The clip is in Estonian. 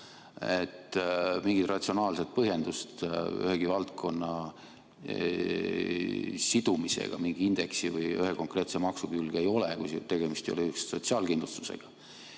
Mingit ratsionaalset põhjendust ühegi valdkonna sidumiseks mingi indeksi või ühe konkreetse maksu külge ei ole, kui just ei ole tegemist sotsiaalkindlustusega.